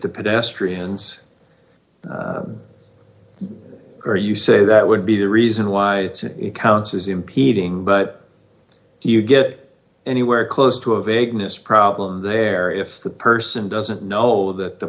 the pedestrians are you say that would be the reason why city councils impeding but you get anywhere close to a vagueness problem there if the person doesn't know that the